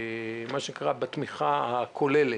החלטה בתמיכה כוללת.